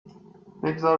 بگذار